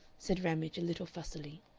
said ramage, a little fussily,